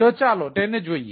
તો ચાલો તેને જોઈએ